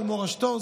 על מורשתו,